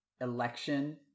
election